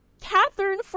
Catherine